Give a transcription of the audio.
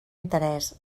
interès